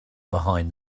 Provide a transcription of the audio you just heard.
behind